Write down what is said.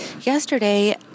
yesterday